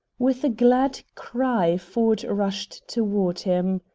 with a glad cry ford rushed toward him.